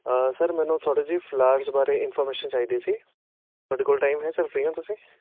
sir ਮੈਨੂੰ ਥੋੜ੍ਹੀ ਜੀ ਫਲਾਰਸ ਬਾਰੇ ਇਨਫੋਰਮੇਸ਼ਨ ਚਾਹੀਦੀ ਸੀ ਤੁਹਾਡੇ ਕੋਲ ਟਾਈਮ ਹੈ ਸਰ ਫਰੀ ਹੋ ਤੁਸੀਂ